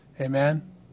Amen